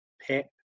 PEP